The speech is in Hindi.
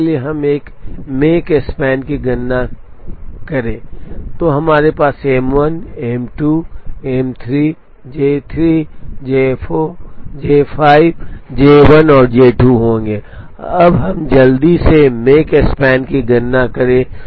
इसके लिए हम मेक स्पैन की गणना करें तो हमारे पास M1 M2 M3 J3 J4 J5 J1 और J2 होंगे अब हम जल्दी से मेक स्पैन की गणना करें